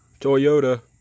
toyota